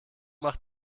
macht